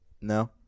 No